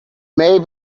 may